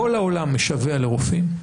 כל העולם משווע לרופאים,